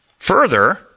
Further